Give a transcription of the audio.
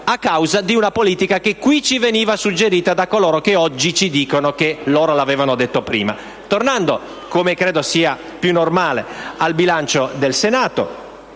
appunto, da una politica che qui ci veniva suggerita da coloro che oggi ci dicono che loro l'avevano detto prima. Ma torniamo, come credo sia più normale, al bilancio del Senato.